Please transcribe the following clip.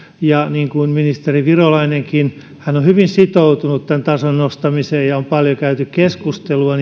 ja ministeri virolainenkin on hyvin sitoutunut tason nostamiseen ja on paljon käyty keskustelua